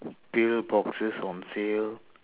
pill boxes on sale